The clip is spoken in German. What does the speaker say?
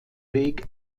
lake